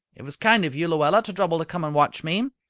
it was kind of you, luella, to trouble to come and watch me.